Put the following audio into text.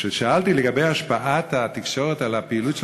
כששאלתי לגבי השפעת התקשורת על הפעילות של